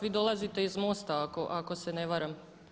Vi dolazite iz MOST-a ako se ne varam.